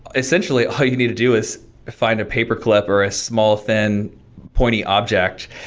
essentially all you need to do is find a paperclip or a small thin pointy object,